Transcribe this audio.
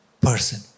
person